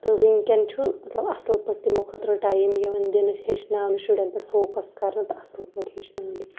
تہٕ وٕنۍکٮ۪ن چھُ مطلب اَصٕل پٲٹھۍ تِمو خٲطرٕ ٹایِم یِوان دِنہٕ ہیٚچھناوںہٕ شُرٮ۪ن پٮ۪ٹھ فوکَس کَرَنہٕ تہٕ اَصٕل پٲٹھۍ ہیٚچھناوَنہٕ